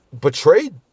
betrayed